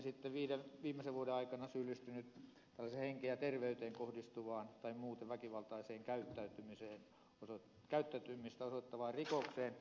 tai viiden viimeisen vuoden aikana syyllistynyt henkeen ja terveyteen kohdistuneeseen tai muuten väkivaltaista käyttäytymistä osoittavaan rikokseen